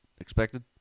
expected